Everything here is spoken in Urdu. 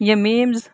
یہ میمز